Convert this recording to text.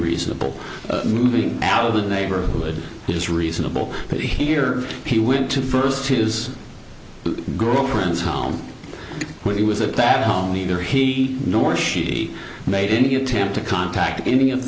reasonable moving out of the neighborhood is reasonable but here he went to first his girlfriend's home when he was a bad home neither he nor she made any attempt to contact